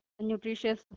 nutritious